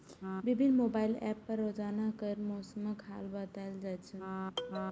विभिन्न mobile app पर रोजाना केर मौसमक हाल बताएल जाए छै